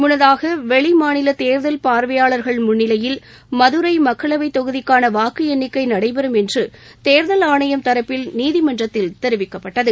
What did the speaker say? முன்னதாக வெளிமாநில தேர்தல் பார்வையாளர்கள் முன்னிலையில் மதுரை மக்களவை தொகுதிக்கான வாக்கு எண்ணிக்கை நடைபெறும் என்று தேர்தல் ஆணையம் தரப்பில் நீதிமன்றத்தில் தெரிவிக்கப்பட்டது